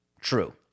True